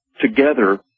together